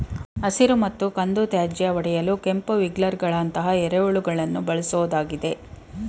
ಹಸಿರು ಮತ್ತು ಕಂದು ತ್ಯಾಜ್ಯ ಒಡೆಯಲು ಕೆಂಪು ವಿಗ್ಲರ್ಗಳಂತಹ ಎರೆಹುಳುಗಳನ್ನು ಬಳ್ಸೋದಾಗಿದೆ